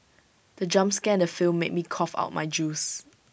the jump scare in the film made me cough out my juice